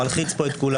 מלחיץ כאן את כולם.